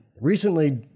recently